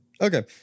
Okay